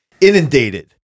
inundated